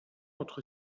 entre